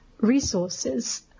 resources